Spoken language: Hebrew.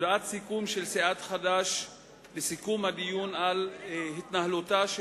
הודעת סיכום של סיעת חד"ש לסיכום הדיון על התנהלותה של